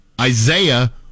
Isaiah